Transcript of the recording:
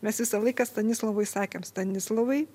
mes visą laiką stanislovui sakėm stanislovai